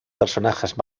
personajes